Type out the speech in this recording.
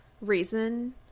reason